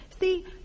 See